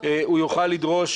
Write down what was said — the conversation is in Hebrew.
הוא יוכל לדרוש